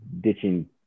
ditching